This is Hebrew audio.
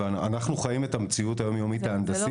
ואנחנו חיים את המציאות היום יומית ההנדסית,